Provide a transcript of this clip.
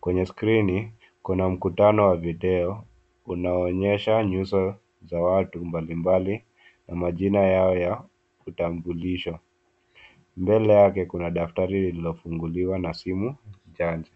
Kwenye screen , kuna mkutano wa video unaonyesha nyuso za watu mbalimbali na majina yao ya kutambulishwa. Mbele yake kuna daftari lililofunguliwa na simu ndani.